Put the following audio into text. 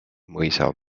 mõisa